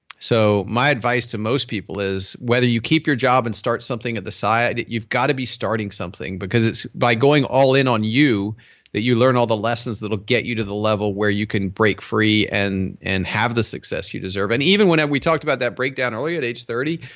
so my advice to most people is whether you keep your job and start something at the side, you've got to be starting something because it's by going all in on you that you learn all the lessons that will get you to the level where you can break free and and have the success you deserve and even when we talked about that breakdown early at age thirty,